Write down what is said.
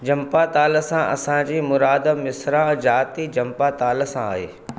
झम्पा ताल सां असांजी मुरादु मिसरा जाति झम्पा ताल सां आहे